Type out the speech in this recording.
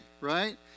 right